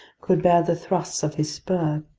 could bear the thrusts of his spur?